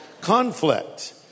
conflict